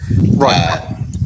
right